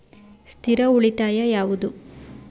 ಸ್ಥಿರ ಉಳಿತಾಯ ಯಾವುದು?